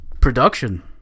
production